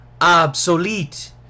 Obsolete